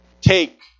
Take